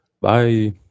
Bye